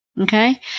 Okay